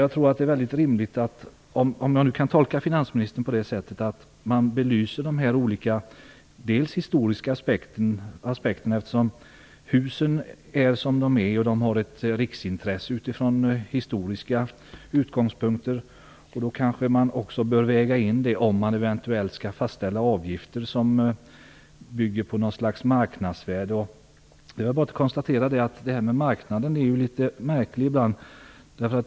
Jag tror att det är rimligt, om jag kan tolka finansministern på det sättet, att man belyser de olika historiska aspekterna, eftersom husen är som de är och har ett riksintresse utifrån historiska utgångspunkter. Då kanske man också bör väga in det, om man eventuellt skall fastställa avgifter som bygger på något slags marknadsvärde. Det är bara att konstatera att det här med marknaden är litet märkligt ibland.